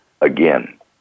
again